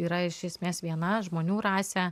yra iš esmės viena žmonių rasė